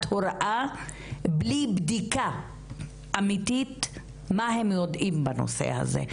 הוראה בלי בדיקה אמתית מה הם יודעים בנושא הזה,